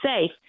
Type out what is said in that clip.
safe